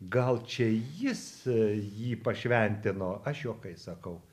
gal čia jis jį pašventino aš juokais sakau